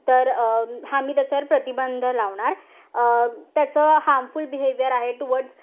तर हा मी त्याच्यावर प्रतिबंध लावणार त्याचं हार्मफुल बिहेवियर आहे टुवर्डस